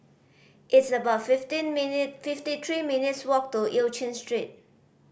it's about fifty minute fifty three minutes' walk to Eu Chin Street